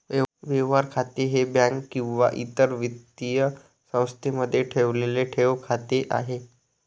व्यवहार खाते हे बँक किंवा इतर वित्तीय संस्थेमध्ये ठेवलेले ठेव खाते आहे